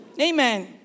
Amen